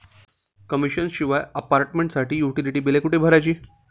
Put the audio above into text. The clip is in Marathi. कमिशन शिवाय अपार्टमेंटसाठी युटिलिटी बिले कुठे भरायची?